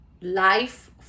Life